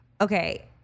okay